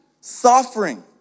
suffering